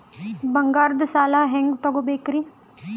ಬಂಗಾರದ್ ಸಾಲ ಹೆಂಗ್ ತಗೊಬೇಕ್ರಿ?